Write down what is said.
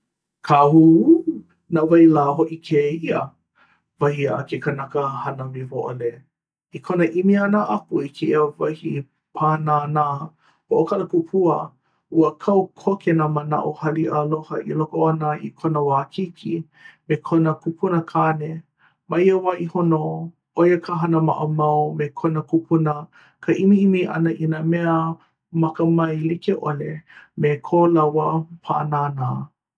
"kahūhū! na wai lā hoʻi kēia!?!" wahi a ke kanaka hana wiwoʻole. i kona ʻimi ʻana aku i kēia wahi pānānā hoʻokalakupua ua kau koke nā manaʻo haliʻa aloha i loko ona i kona wā keiki me kona kūpuna kāne. ma ia wā iho nō ʻoia ka hana maʻamau me kona kūpuna ka ʻimiʻimi ʻana i nā mea makamae like ʻole me ko lāua pānānā.